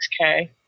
6k